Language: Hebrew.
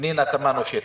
פנינה תמנו-שטה,